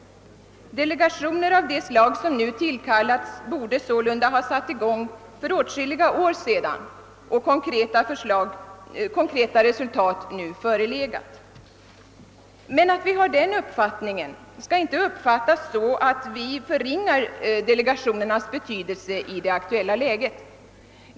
Delegationer av det slag som nu tillkallats borde sålunda ha satts i gång för åtskilliga år sedan och konkreta resultat borde ha förelegat nu. Men att vi har denna inställning skall inte uppfattas som att vi skulle förringa delegationernas betydelse i det aktuella fallet.